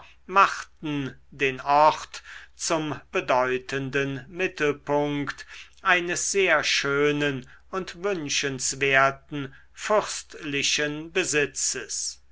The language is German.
machten den ort zum bedeutenden mittelpunkt eines sehr schönen und wünschenswerten fürstlichen besitzes